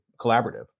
collaborative